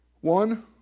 One